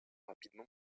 rapidement